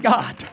God